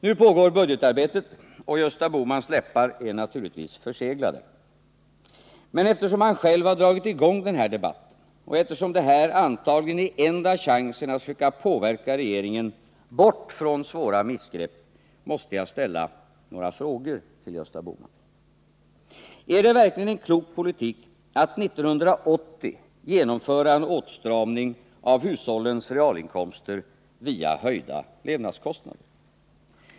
Nu pågår budgetarbetet, och Gösta Bohmans läppar är naturligtvis förseglade. Men eftersom han själv har dragit i gång den här debatten, och eftersom detta antagligen är enda chansen att försöka påverka regeringen bort från svåra missgrepp måste jag ställa några frågor till Gösta Bohman. Är det verkligen en klok politik att 1980 genomföra en åtstramning av hushållens realinkomster via höjda levnadskostnader?